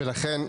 ולכן,